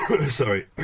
Sorry